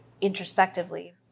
introspectively